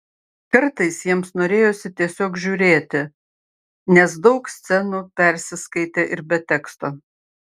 kartais jiems norėjosi tiesiog žiūrėti nes daug scenų persiskaitė ir be teksto